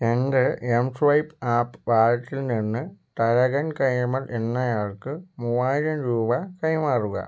എൻ്റെ mSwipe app വാലറ്റിൽ നിന്ന് തരകൻ കൈമൾ എന്നയാൾക്ക് മൂവായിരം രൂപ കൈമാറുക